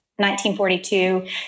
1942